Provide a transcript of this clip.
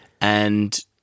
and-